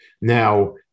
Now